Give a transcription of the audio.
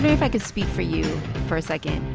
if i could speak for you for a second,